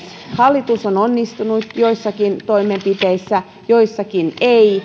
hallitus on onnistunut joissakin toimenpiteissään joissakin